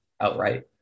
outright